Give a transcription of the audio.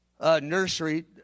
nursery